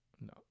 No